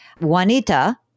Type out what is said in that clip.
Juanita